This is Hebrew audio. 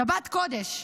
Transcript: שבת קודש,